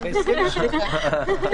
יש